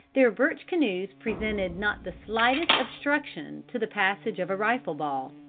their birch canoes presented not the slightest obstruction to the passage of a rifle ball.